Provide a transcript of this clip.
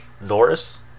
Norris